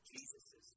Jesus